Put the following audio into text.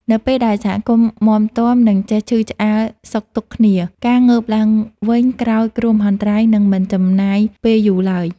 នៅពេលដែលសហគមន៍មាំទាំ និងចេះឈឺឆ្អាលសុខទុក្ខគ្នា ការងើបឡើងវិញក្រោយគ្រោះមហន្តរាយនឹងមិនចំណាយពេលយូរឡើយ។